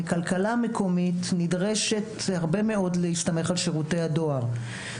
כלכלה מקומית נדרשת הרבה מאוד להסתמך על שירותי הדואר.